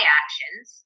actions